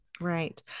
Right